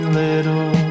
little